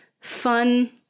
fun